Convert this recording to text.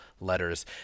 letters